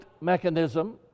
mechanism